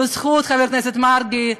בזכות חבר הכנסת מרגי,